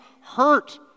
hurt